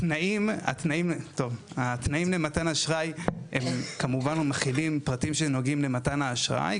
התנאים למתן האשראי כמובן מכילים את הפרטים שנוגעים למתן האשראי,